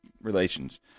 relations